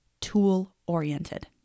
tool-oriented